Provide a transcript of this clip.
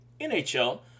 NHL